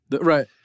Right